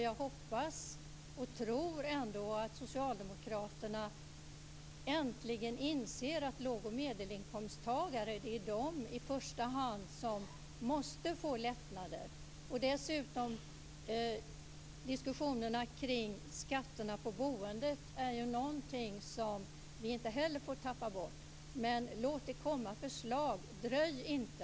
Jag hoppas och tror ändå att socialdemokraterna äntligen inser att låg och medelinkomsttagare är de som i första hand måste få lättnader. Dessutom är diskussionerna kring skatterna på boendet någonting som vi inte heller får tappa bort. Men låt det komma förslag! Dröj inte!